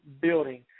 building